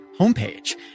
homepage